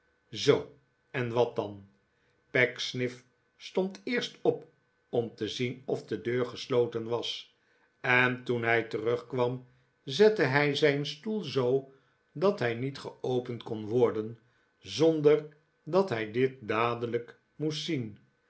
zoo en wat dan pecksniff stond eerst op om te zien of de deur gesloten was en toen hij terugkwam zette hij zijn stoel zoo dat zij niet geopend kon worden zonder dat hij dit dadelijk moest zien